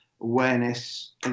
Awareness